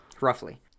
roughly